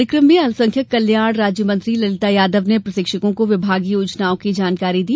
कार्यक्रम में अल्पसंख्यक कल्याण राज्य मंत्री ललिता यादव ने प्रशिक्षकों को विभागीय योजनाओं की जानकारी दी